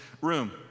room